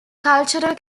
cultural